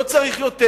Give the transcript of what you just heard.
לא צריך יותר,